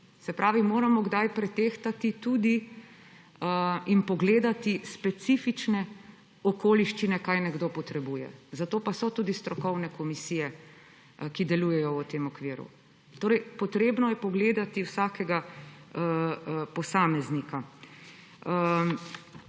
se pravi, da moramo kdaj tudi pretehtati in pogledati specifične okoliščine, kaj nekdo potrebuje. Zato pa tudi so strokovne komisije, ki delujejo v tem okviru. Treba je pogledati vsakega posameznika.